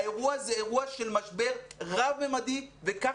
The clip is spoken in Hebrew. האירוע הזה הוא אירוע של משבר רב ממדי וכך